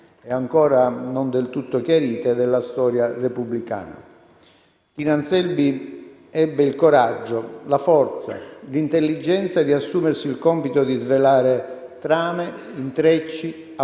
e ancora non del tutto chiarite - della storia repubblicana. Tina Anselmi ebbe il coraggio, la forza, l'intelligenza di assumersi il compito di svelare trame, intrecci, affari